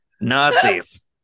Nazis